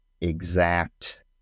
exact